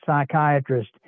psychiatrist